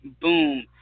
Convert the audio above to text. boom